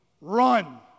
Run